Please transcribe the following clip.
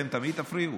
אתם תמיד תפריעו?